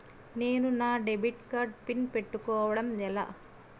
నేను నా debit card PIN పెట్టుకోవడం ఎలా?